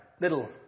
little